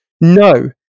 No